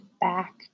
back